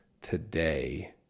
today